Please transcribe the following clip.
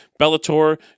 Bellator